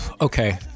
okay